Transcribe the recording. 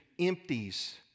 empties